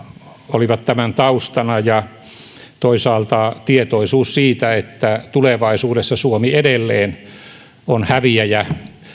olivat tämän taustana ja toisaalta tietoisuus siitä että tulevaisuudessa suomi edelleen on häviäjä